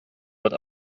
wird